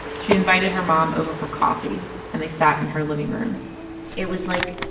she invited her mom over for coffee. and they sat in her living room it was like,